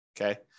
Okay